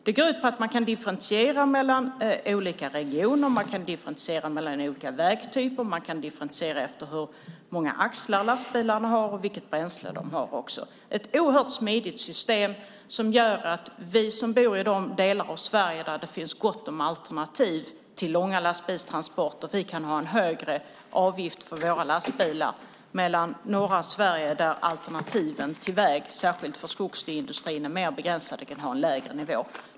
Det går ut på att man kan differentiera mellan olika regioner och mellan olika vägtyper. Man kan differentiera efter hur många axlar lastbilarna har och efter vilket bränsle de kör på. Det är ett oerhört smidigt system som gör att vi som bor i de delar av Sverige där det finns gott om alternativ till långa lastbilstransporter kan ha en högre avgift för våra lastbilar. I norra Sverige, där alternativen till väg särskilt för skogsindustrin är mer begränsade, kan man i stället ha en lägre nivå.